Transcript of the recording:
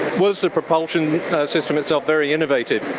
was the propulsion system itself very innovative?